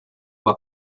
uma